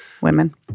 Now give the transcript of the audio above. Women